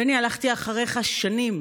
בני, הלכתי אחריך שנים: